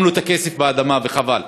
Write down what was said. שמנו את הכסף באדמה, וחבל.